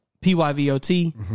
P-Y-V-O-T